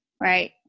right